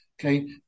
Okay